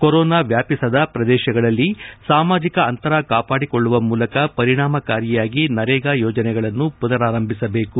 corona ವ್ಯಾಪಿಸದ ಪ್ರದೇಶಗಳಲ್ಲಿ ಸಾಮಾಜಿಕ ಅಂತರ ಕಾವಾಡಿಕೊಳ್ಳುವ ಮೂಲಕ ಪರಿಣಾಮಕಾರಿಯಾಗಿ ನರೇಗಾ ಯೋಜನೆಗಳನ್ನು ಮನಾರಂಭಿಸಬೇಕು